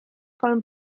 kolm